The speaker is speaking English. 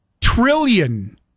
trillion